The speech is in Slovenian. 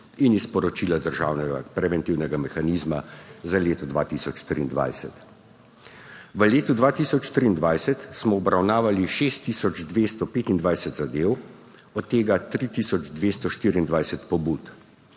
in iz Poročila državnega preventivnega mehanizma za leto 2023. V letu 2023 smo obravnavali 6 tisoč 225 zadev, od tega 3 tisoč 224 pobud.